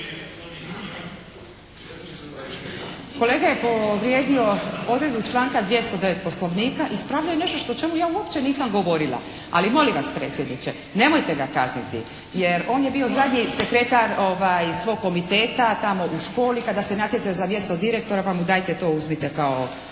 Kolega je povrijedio odredbu članka 209. poslovnika ispravljajući što ja uopće nisam govorila. Ali molim vas predsjedniče, nemojte ga kazniti jer on je bio zadnji sekretar svog komiteta tamo u školu kada se je natjecao za mjesto direktora pa mu dajte uzmite to